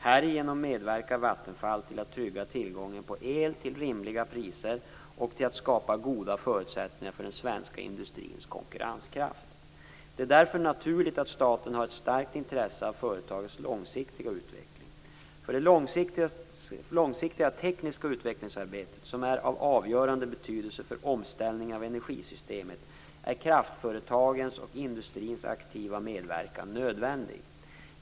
Härigenom medverkar Vattenfall till att trygga tillgången på el till rimliga priser och till att skapa goda förutsättningar för den svenska industrins konkurrenskraft. Det är därför naturligt att staten har ett starkt intresse av företagets långsiktiga utveckling. För det långsiktiga tekniska utvecklingsarbetet, som är av avgörande betydelse för omställningen av energisystemet, är kraftföretagens och industrins aktiva medverkan nödvändig.